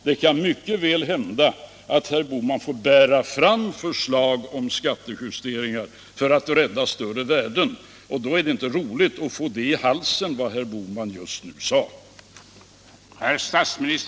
Det kan mycket väl hända att herr Bohman får bära fram förslag om skattehöjningar för att rädda större värden. Och då är det inte roligt att få i halsen vad herr Bohman just nu har sagt.